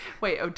Wait